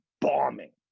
bombing